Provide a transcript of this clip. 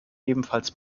ebenfalls